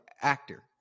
actor